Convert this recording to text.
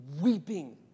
weeping